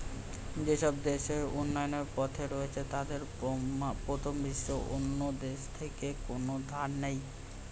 যেসব দেশ উন্নয়নের পথে রয়েছে তাদের প্রথম বিশ্বের অন্যান্য দেশ থেকে কোনো ধার নেই